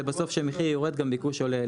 כי בסוף כשמחיר יורד גם ביקוש עולה.